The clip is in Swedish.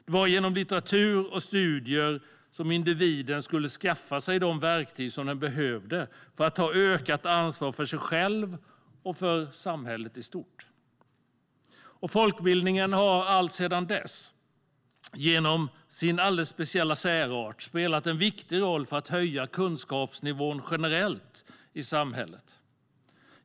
Det var genom litteratur och studier som individen skulle skaffa sig de verktyg som man behövde för att ta ökat ansvar för sig själv och för samhället i stort. Folkbildningen har alltsedan dess genom sin särart spelat en viktig roll för att höja kunskapsnivån generellt i samhället.